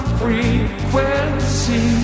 frequency